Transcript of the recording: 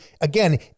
again